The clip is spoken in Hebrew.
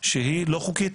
שהיא לא חוקית,